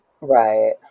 Right